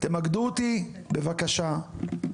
תמקדו אותי, בבקשה,